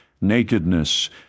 nakedness